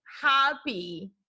happy